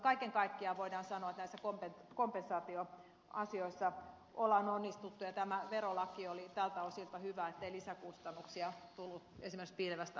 kaiken kaikkiaan voidaan sanoa että näissä kompensaatioasioissa on onnistuttu ja tämä verolaki oli tältä osin hyvä ettei lisäkustannuksia tullut esimerkiksi piilevästä alvista